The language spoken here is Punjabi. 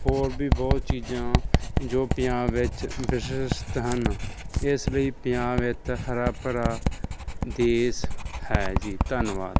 ਹੋਰ ਵੀ ਬਹੁਤ ਚੀਜ਼ਾਂ ਜੋ ਪੰਜਾਬ ਵਿੱਚ ਵਾਸ਼ਿਸਤ ਹਨ ਇਸ ਲਈ ਪੰਜਾਬ ਇੱਕ ਹਰਾ ਭਰਾ ਦੇਸ਼ ਹੈ ਜੀ ਧੰਨਵਾਦ